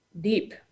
deep